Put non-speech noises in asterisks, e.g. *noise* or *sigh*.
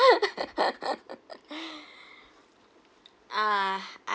*laughs* *breath* ah